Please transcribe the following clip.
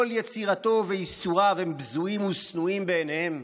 כל יצירתו וייסוריו הם בזויים ושנואים בעיניהם,